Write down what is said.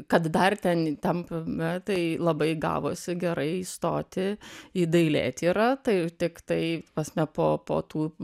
kad dar ten tam na tai labai gavosi gerai įstoti į dailėtyra tai tiktai ta prasme po po tų